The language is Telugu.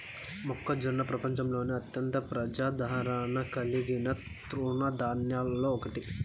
మొక్కజొన్న ప్రపంచంలోనే అత్యంత ప్రజాదారణ కలిగిన తృణ ధాన్యాలలో ఒకటి